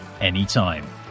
anytime